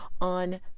on